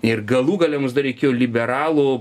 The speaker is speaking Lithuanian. ir galų gale mums dar reikėjo liberalų